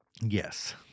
Yes